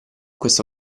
questo